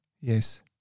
Yes